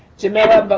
jamella but